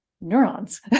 neurons